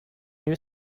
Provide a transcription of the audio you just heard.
new